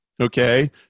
Okay